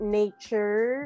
nature